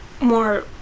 more